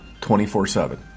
24-7